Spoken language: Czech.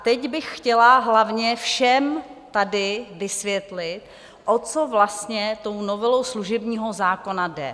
Teď bych chtěla hlavně všem tady vysvětlit, o co vlastně novelou služebního zákona jde.